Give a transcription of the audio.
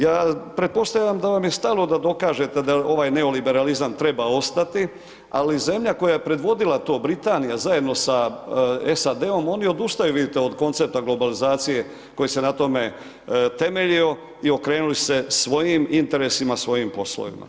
Ja pretpostavljam da vam je stalo da dokažete da ovaj neoliberalizam treba ostati, ali zemlja koja je predvodila to, Britanija zajedno sa SAD-om, oni odustaju, vidite od koncepta globalizacije koji se na tome temeljio i okrenuli su se svojim interesima, svojim poslovima.